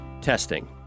Testing